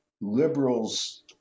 liberals